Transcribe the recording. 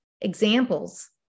examples